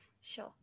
Sure